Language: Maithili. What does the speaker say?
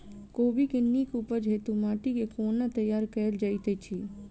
कोबी केँ नीक उपज हेतु माटि केँ कोना तैयार कएल जाइत अछि?